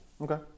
Okay